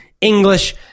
English